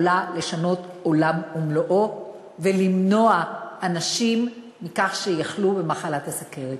יכול לשנות עולם ומלואו ולמנוע מאנשים לחלות במחלת הסוכרת.